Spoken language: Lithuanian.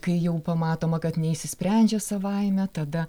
kai jau pamatoma kad neišsisprendžia savaime tada